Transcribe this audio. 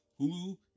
hulu